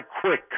quick